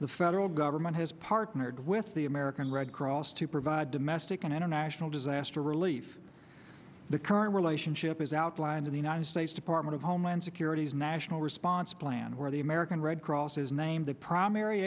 the federal government has partnered with the american red cross to provide domestic and international disaster relief the current relationship is outlined in the united states department of homeland security's national response plan where the american red cross is named the primary